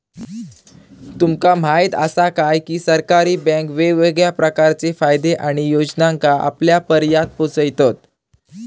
तुमका म्हायत आसा काय, की सरकारी बँके वेगवेगळ्या प्रकारचे फायदे आणि योजनांका आपल्यापर्यात पोचयतत